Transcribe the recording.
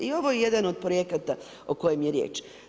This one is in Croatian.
I ovo je jedan od projekata o kojima je riječ.